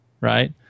right